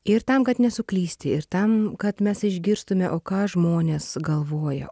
ir tam kad nesuklysti ir tam kad mes išgirstume o ką žmonės galvoja